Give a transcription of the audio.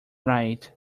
right